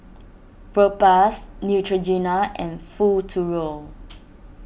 Propass Neutrogena and Futuro